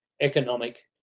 economic